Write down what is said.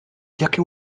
jakie